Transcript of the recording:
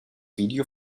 video